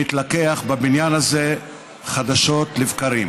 שמתלקח בבניין הזה חדשות לבקרים.